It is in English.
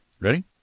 ready